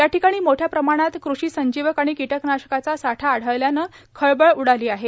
याठिकाणी मोठ्या प्रमाणात कृषी संजीवक आणि कीटकनाशकाचा साठा आढळल्याने खळबळ उडाली आहे